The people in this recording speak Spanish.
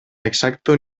exacto